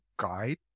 guide